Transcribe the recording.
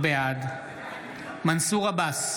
בעד מנסור עבאס,